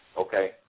Okay